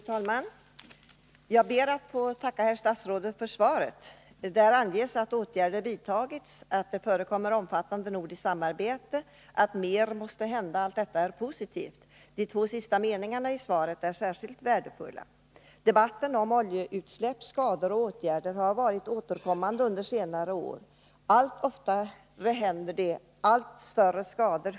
Fru talman! Jag ber att få tacka herr statsrådet för svaret. Där anges att åtgärder har vidtagits, att det förekommer ett omfattande nordiskt samarbete, att mer måste hända och att detta är positivt. De två sista meningarna i svaret är särskilt värdefulla. Debatten om oljeutsläpp, skador och åtgärder har varit återkommande under senare år. Allt oftare händer oljeutsläpp, och allt större blir skadorna.